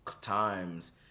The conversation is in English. times